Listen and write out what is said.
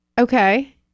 Okay